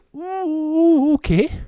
okay